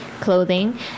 clothing